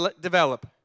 develop